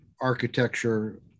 architecture